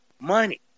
money